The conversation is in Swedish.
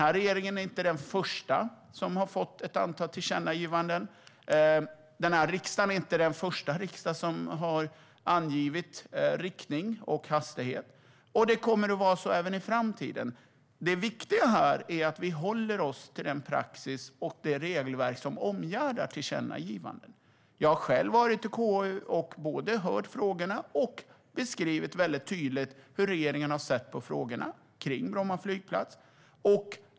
Regeringen är inte den första regering som har fått ett antal tillkännagivanden, och denna riksdag är inte den första riksdag som har angivit riktning och hastighet. Så kommer det att vara även i framtiden. Det viktiga är att vi håller oss till den praxis och det regelverk som omgärdar tillkännagivanden. Jag har själv varit i KU och både hört frågorna och beskrivit tydligt hur regeringen har sett på frågorna rörande Bromma flygplats.